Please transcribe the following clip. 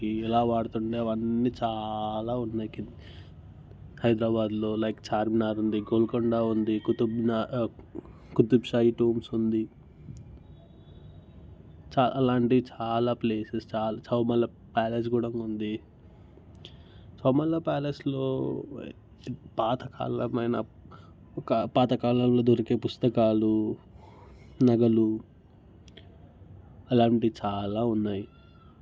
ఎలా వాడుతుండేవి అవి చాలా ఉన్నాయి హైదరాబాద్లో లైక్ చార్మినార్ ఉంది గోల్కొండ ఉంది కుతుబ్మినార్ కుతుబ్షాహి టుంబ్స్ ఉంది చాలా అంటే చాలా ప్లేసెస్ సోమల ప్యాలెస్ కూడా ఉంది సోమల ప్యాలెస్లో పాతకాలం అయిన ఒక పాత కాలంలో దొరికే పుస్తకాలు నెలలు అలాంటివి చాలా ఉన్నాయి